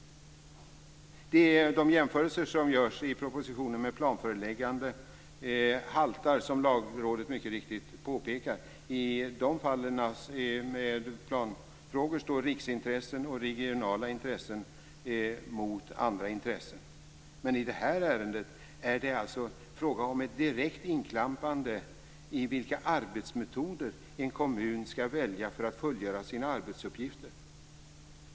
De jämförelser med planföreläggande som görs i propositionen haltar, som Lagrådet mycket riktigt påpekar. I fallen med planfrågor står riksintressen och regionala intressen mot andra intressen. Men i det här ärendet är det fråga om ett direkt inklampande på en kommuns val av arbetsmetoder för att fullgöra sina arbetsuppgifter.